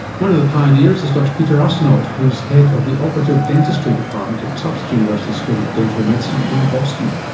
one of the pioneers is dr peter arsenault who's head of the operative dentistry department at tufts university school of dental medicine in boston.